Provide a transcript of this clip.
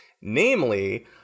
Namely